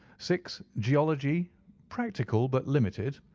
six. geology practical, but limited.